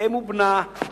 אם ובנה,